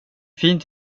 fint